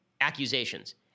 accusations